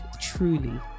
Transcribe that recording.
truly